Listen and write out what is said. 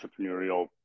entrepreneurial